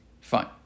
Fine